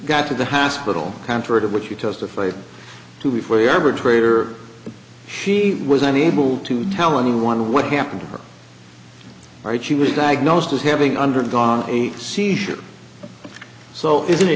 got to the hospital contrary to what you testified to before you ever trader she was unable to tell anyone what happened to her right she was diagnosed as having undergone a seizure so isn't it